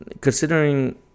Considering